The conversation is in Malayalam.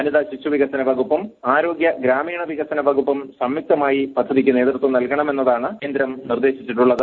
വനിതാ ശിശു വികസന വകുപ്പും ആരോഗ്യ ഗ്രാമീണ വികസന വകുപ്പും സംയുക്തമായി പദ്ധതിക്ക് നേതൃത്വം നൽകണമന്നാണ് കേന്ദ്രം നിർദ്ദേശിച്ചിട്ടുള്ളത്